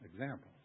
example